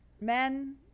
men